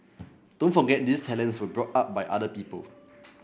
don't forget these talents were brought up by other people